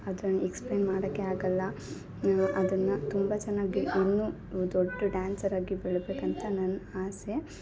ಅದನ್ನ ಎಕ್ಸ್ಪ್ಲೇನ್ ಮಾಡೋಕೆ ಆಗಲ್ಲ ಅದನ್ನು ತುಂಬಾ ಚೆನ್ನಾಗಿ ಬೇಕಿನ್ನು ದೊಡ್ಡ ಡ್ಯಾನ್ಸರ್ ಅಗಿ ಬೆಳಿಬೇಕಂತ ನನ್ನ ಅಸೆ